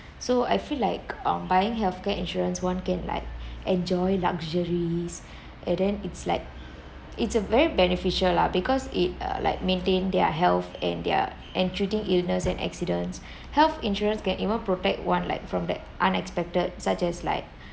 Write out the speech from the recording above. so I feel like um buying healthcare insurance one can like enjoy luxuries and then it's like it's a very beneficial lah because it uh like maintain their health and their and treating illness and accidents health insurance can even protect one like from that unexpected such as like